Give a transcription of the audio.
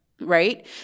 right